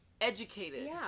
educated